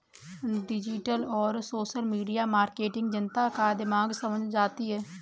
digital और social media marketing जनता का दिमाग समझ जाती है